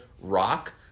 rock